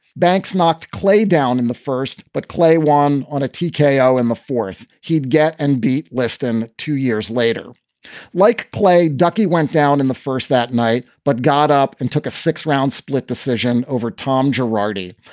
banks knocked clay down in the first, but clay won on a teekay o in the fourth. he'd get and beat less than two years later like play. ducky went down in the first that night, but got up and took a six round split decision over tom girardi.